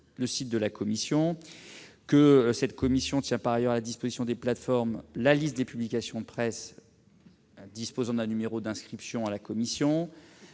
le site de cette commission. Celle-ci tient par ailleurs à la disposition des plateformes la liste des publications de presse qui possèdent un numéro d'inscription à la commission